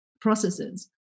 processes